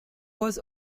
was